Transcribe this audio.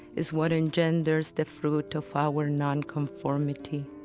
is what engenders the fruit of our nonconformity,